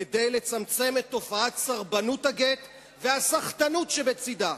כדי לצמצם את תופעת סרבנות הגט והסחטנות שבצדה.